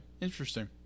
interesting